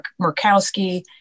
Murkowski